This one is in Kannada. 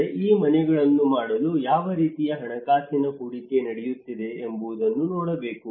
ಆದರೆ ಈ ಮನೆಗಳನ್ನು ಮಾಡಲು ಯಾವ ರೀತಿಯ ಹಣಕಾಸಿನ ಹೂಡಿಕೆ ನಡೆಯುತ್ತಿದೆ ಎಂಬುದನ್ನು ನೋಡಬೇಕು